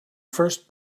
first